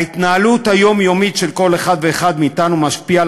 ההתנהלות היומיומית של כל אחד ואחד מאתנו משפיעה